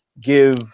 give